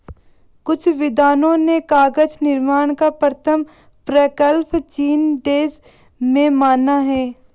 कुछ विद्वानों ने कागज निर्माण का प्रथम प्रकल्प चीन देश में माना है